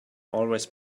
always